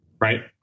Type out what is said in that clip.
right